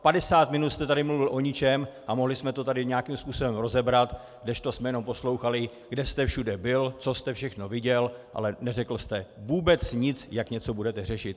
Padesát minut jste tady mluvil o ničem a mohli jsme to tady nějakým způsobem rozebrat, kdežto jsme jenom poslouchali, kde jste všude byl, co jste všechno viděl, ale neřekl jste vůbec nic, jak něco budete řešit.